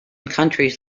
countries